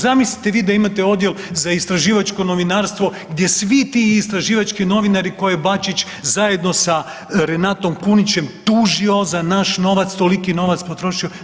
Zamislite vi da imate odjel za istraživačko novinarstvo gdje svi ti istraživački novinari koje Bačić zajedno sa Renatom Kunićem tužio za naš novac, toliki novac potrošio.